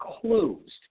closed